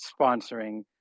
sponsoring